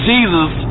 Jesus